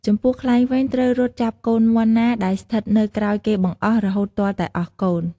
ចំពោះខ្លែងវិញត្រូវរត់ចាប់កូនមាន់ណាដែលស្ថិតនៅក្រោយគេបង្អស់រហូតទាល់តែអស់កូន។